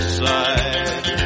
side